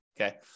Okay